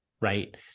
right